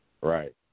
Right